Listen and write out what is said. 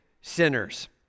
sinners